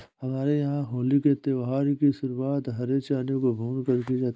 हमारे यहां होली के त्यौहार की शुरुआत हरे चनों को भूनकर की जाती है